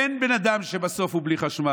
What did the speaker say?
אין בן אדם שבסוף הוא בלי חשמל,